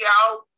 out